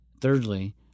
thirdly